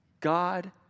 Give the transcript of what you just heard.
God